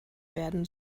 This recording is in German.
werden